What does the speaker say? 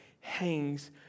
hangs